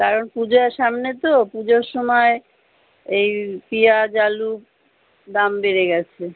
কারণ পূজা সামনে তো পুজোর সময় এই পিঁয়াজ আলু দাম বেড়ে গেছে